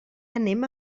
anem